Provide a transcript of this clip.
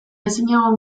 ezinegon